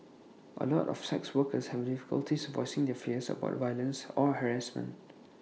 A lot of sex workers have difficulties voicing their fears about violence or harassment